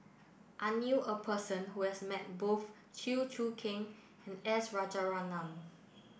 I knew a person who has met both Chew Choo Keng and S Rajaratnam